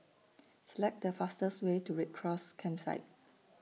Select The fastest Way to Red Cross Campsite